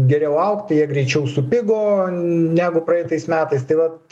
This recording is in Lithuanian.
geriau augt tai jie greičiau supigo negu praeitais metais tai vat